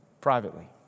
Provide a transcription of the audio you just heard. privately